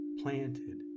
planted